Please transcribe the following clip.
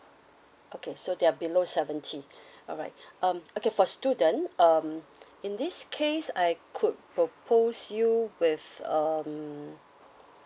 okay so they're below seventy alright um okay for student um in this case I could propose you with um